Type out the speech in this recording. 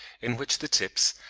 in which the tips,